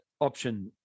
option